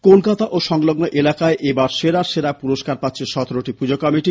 কলকাতা ও সংলগ্ন এলাকায় এবার সেরার সেরা পুরস্কার পাচ্ছে সতেরোটি পুজো কমিটি